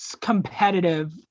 competitive